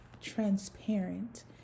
transparent